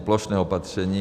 Plošná opatření.